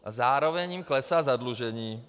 A zároveň jim klesá zadlužení.